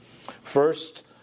First